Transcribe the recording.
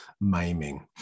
maiming